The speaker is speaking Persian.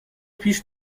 پیش